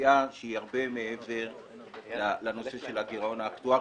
סוגיה שהיא הרבה מעבר לנושא של הגירעון האקטוארי,